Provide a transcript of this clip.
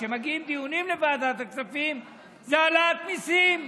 כשמגיעים דיונים לוועדת הכספים זה העלאת מיסים.